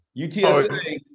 UTSA –